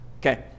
Okay